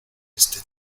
este